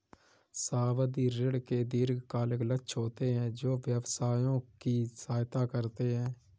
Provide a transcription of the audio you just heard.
सावधि ऋण के दीर्घकालिक लक्ष्य होते हैं जो व्यवसायों की सहायता करते हैं